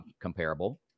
comparable